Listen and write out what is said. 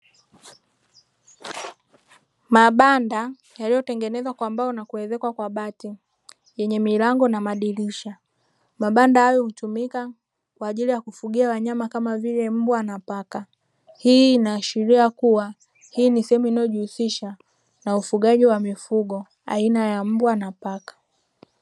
Mabanda yaliyotengenezwa kwa mbao na kuezekwa kwa bati yenye milango na madirisha. Mabanda hayo hutumika kwa ajili ya kufugia wanyama kama vile:- mbwa na paka. Hii inaashiria kuwa ni sehemu inayojihusisha na ufugaji wa mifugo aina ya mbwa na paka.